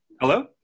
Hello